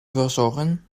verzorgen